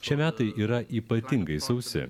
šie metai yra ypatingai sausi